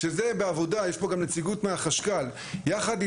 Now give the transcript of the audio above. שזה בעבודה,